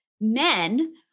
men